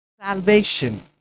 salvation